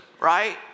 right